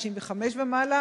65 ומעלה,